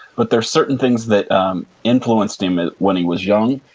but, there are certain things that influenced him when he was young.